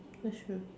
that's true